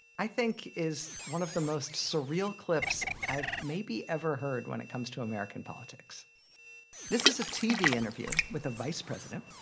i think, is one of the most surreal clips i've maybe ever heard when it comes to american politics this is a tv interview with a vice president.